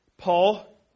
Paul